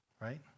Right